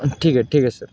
ठीक आहे ठीक आहे सर